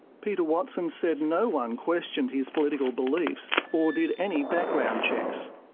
peter watson said no one questioned his political beliefs or did any background checks.